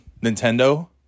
Nintendo